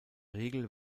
regel